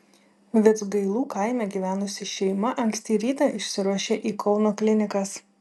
vidzgailų kaime gyvenusi šeima anksti rytą išsiruošė į kauno klinikas